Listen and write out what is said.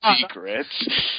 secrets